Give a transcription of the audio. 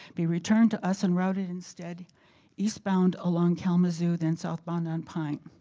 be returned to us and routed instead eastbound along kalamazoo, then southbound on pine.